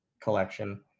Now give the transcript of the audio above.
collection